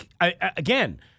again